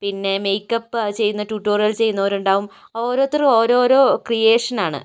പിന്നെ മേക്കപ്പ് അത് ചെയ്യുന്ന ട്യൂട്ടോറിയൽ ചെയ്യുന്നവരുണ്ടാവും ഓരോരുത്തർ ഓരോരോ ക്രീയേഷനാണ്